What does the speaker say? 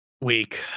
week